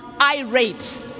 irate